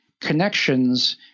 connections